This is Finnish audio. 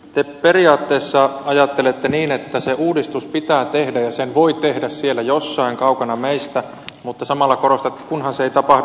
te periaatteessa ajattelette niin että se uudistus pitää tehdä ja sen voi tehdä siellä jossain kaukana meistä mutta samalla korostatte että kunhan se ei tapahdu täällä